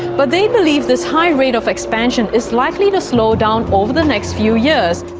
but they believe this high rate of expansion is likely to slow down over the next few years.